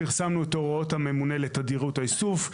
פרסמנו את הוראות הממונה לתדירות האיסוף,